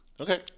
okay